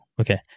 Okay